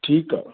ठीकु आहे